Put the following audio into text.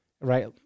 right